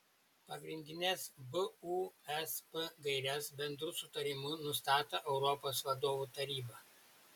pagrindines busp gaires bendru sutarimu nustato europos vadovų taryba